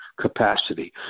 capacity